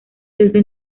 desde